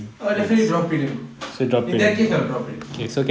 I'll definitely drop it and go in that case I will drop it